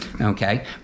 Okay